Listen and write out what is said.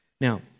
Now